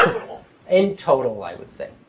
and total, i would say.